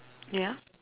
yeah